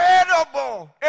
incredible